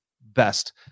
best